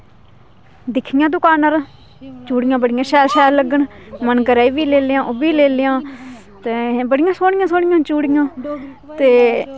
दिक्खियां दकानां चूड़ियां बड़ियां शैल शैल लग्गन मन करै एह् बी लेई लैं ओह् बी लेई लैं ते बडियां सोहनियां सोहनियां चूड़ियां ते